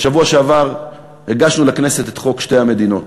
בשבוע שעבר הגשנו לכנסת את חוק שתי המדינות,